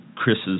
Chris's